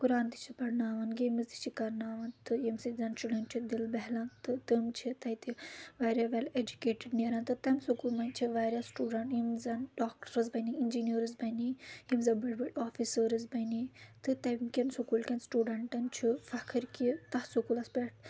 قۄرآن تہِ چھِ پَرناوان گیمٕز تہِ چھِ کَرناوان تہٕ ییٚمہِ سۭتۍ زَن شُرؠن چھُ دِل بہلان تہٕ تِم چھِ تَتہِ واریاہ ویٚل ایٚجُوکیٚٹٕڈ نیران تہٕ تَمہِ سکوٗل منٛز چھِ واریاہ سٹوٗڈنٛٹ یِم زَن ڈاکٹَرز بَنے اِنجیٖنٲرٕز بَنےٚ یِم زَن بٔڑۍ بٔڑۍ آفِسٲرٕز بَنے تہٕ تمہِ کؠن سکوٗل کؠن سٹوٗڈنٛٹَن چھُ فخٕر کہِ تَتھ سکوٗلَس پؠٹھ